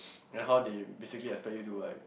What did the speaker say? and how they basically expect you to like